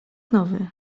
nowy